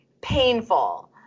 painful